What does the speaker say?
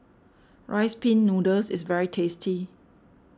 Rice Pin Noodles is very tasty